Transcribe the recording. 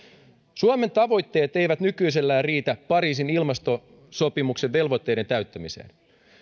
suomen tavoitteet eivät nykyisellään riitä pariisin ilmastosopimuksen velvoitteiden täyttämiseen